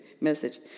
message